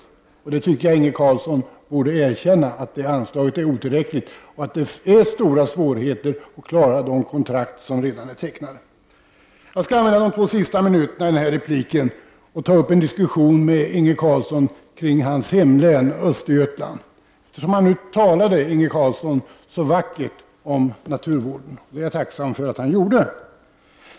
Jag tycker också att Inge Carlsson borde erkänna att anslaget är otillräckligt och att man har stora svårigheter att klara de kontrakt som redan har tecknats. Jag skall använda de två sista minuterna i denna replik till att med Inge Carlsson ta upp en diskussion om hans hemlän, Östergötlands län. Jag skall göra detta eftersom Inge Carlsson talade så vackert om naturvården, något som jag är mycket tacksam för.